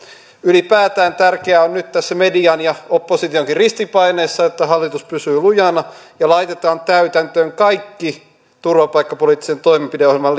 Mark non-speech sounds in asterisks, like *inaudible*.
ylipäätään tärkeää on nyt tässä median ja oppositionkin ristipaineessa että hallitus pysyy lujana ja laitetaan täytäntöön kaikki turvapaikkapoliittisen toimenpideohjelman *unintelligible*